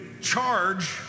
charge